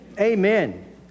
amen